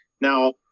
Now